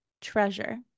Treasure